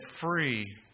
free